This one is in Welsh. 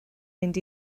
mynd